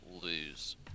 lose